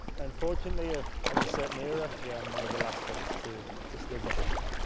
unfortunately, ah of a certain era, yeah, i'm one of the last ones to to still be jumping.